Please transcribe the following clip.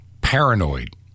paranoid